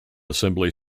assembly